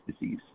disease